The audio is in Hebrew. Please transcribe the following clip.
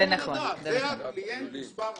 לא יעלה על הדעת, זה הקליינט מספר אחת,